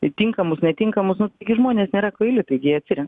į tinkamus netinkamus nu gi žmonės nėra kvaili taigi jie atsirenka